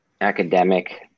academic